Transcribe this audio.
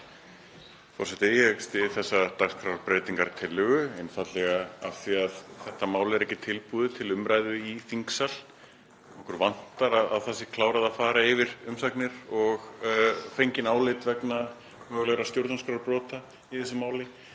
Forseti. Ég styð þessa dagskrárbreytingartillögu af því að þetta mál er ekki tilbúið til umræðu í þingsal. Okkur vantar að það sé klárað að fara yfir umsagnir og fengin álit vegna mögulegra stjórnarskrárbrota í þessu máli.